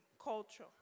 culture